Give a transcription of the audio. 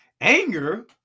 anger